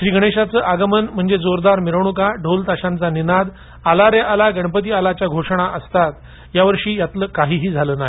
श्री गणेशाच आगमन म्हणजे जोरदार मिरवणुका ढोल ताशांचा निनाद आला रे आला गणपती आला च्या घोषणा असतात यावर्षी हे कांहीही झाल नाही